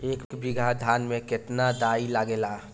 एक बीगहा धान में केतना डाई लागेला?